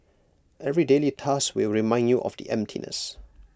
every daily task will remind you of the emptiness